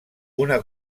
una